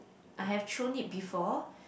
I have thrown it before